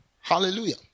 Hallelujah